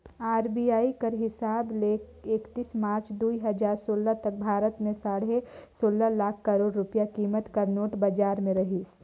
RBI कर हिसाब ले एकतीस मार्च दुई हजार सोला तक भारत में साढ़े सोला लाख करोड़ रूपिया कीमत कर नोट बजार में रहिस